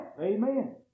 Amen